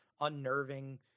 unnerving